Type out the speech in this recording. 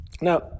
Now